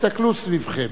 הסתכלו סביבכם,